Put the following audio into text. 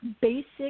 basic